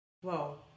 whoa